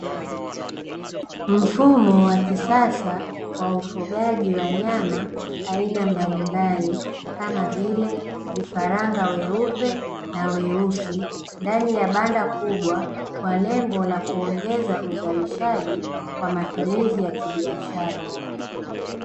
Mfumo wa kisasa wa ufugaji wa nyama aina mbalimbali kama vile: vifaranga weupe na weusi; ndani ya banda kubwa kwa lengo la kuongeza uzalishaji kwa matumizi ya kibiashara.